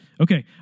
Okay